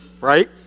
right